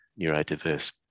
neurodiverse